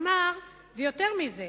ויותר מזה,